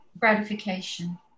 Gratification